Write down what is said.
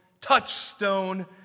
touchstone